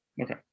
Okay